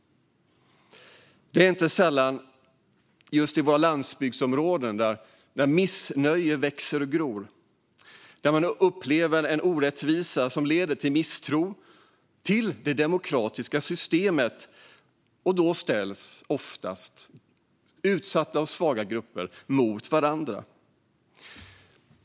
Inte sällan är det just i våra landsbygdsområden som missnöje gror och växer och man upplever en orättvisa som leder till misstro mot det demokratiska systemet. Då ställs oftast utsatta och svaga grupper mot varandra.